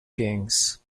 kings